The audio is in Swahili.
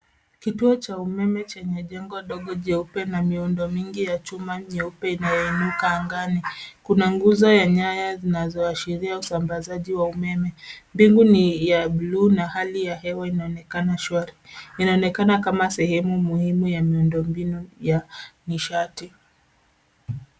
Kituo cha umeme chenye jengo dogo jeupe na miundo mingi ya chuma nyeupe inayoinuka angani. Kuna nguzo ya nyaya zinazoashiria usambazaji wa umeme. Mbingu ni ya bluu na hali ya hewa inaonekana shwari. Inaonekana kama sehemu muhimu ya miundo mbinu ya nishati.